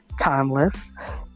Timeless